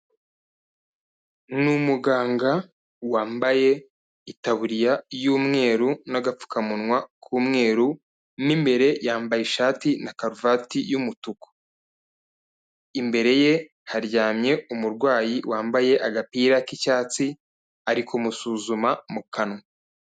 Ni umuganga wambaye itaburiya y'umweru n'agapfukamunwa k'umweru, mo imbere yambaye ishati na karuvati y'umutuku, imbere ye haryamye umurwayi wambaye agapira k'icyatsi, ari kumusuzuma mu kanwa.